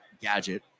gadget